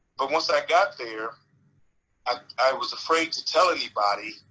but once i got there i was afraid to tell anybody,